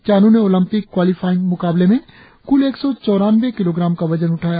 चानू ने Olympic qualifying मुकाबले में कुल एक सौ चौरानंबे किलोग्राम का वजन उठाया